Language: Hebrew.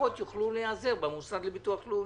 המשפחות יוכלו להיעזר במוסד לביטוח לאומי?